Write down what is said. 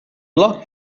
locked